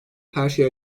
herşeyi